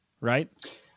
right